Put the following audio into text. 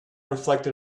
reflected